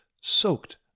soaked